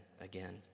again